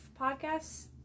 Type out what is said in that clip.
podcasts